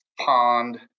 pond